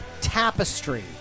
tapestry